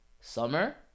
summer